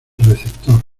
receptor